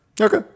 okay